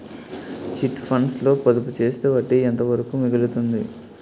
Chit funds లో పొదుపు చేస్తే వడ్డీ ఎంత వరకు మిగులుతుంది?